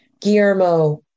Guillermo